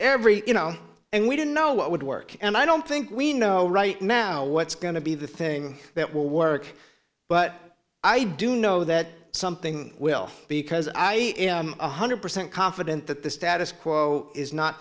every you know and we didn't know what would work and i don't think we know right now what's going to be the thing that will work but i do know that something will because i wonder percent confident that the status quo is not